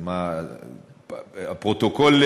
הפרוטוקול,